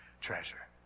treasure